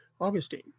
Augustine